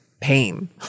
pain